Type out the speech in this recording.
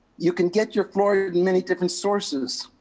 you can get your fluoridate many different sources,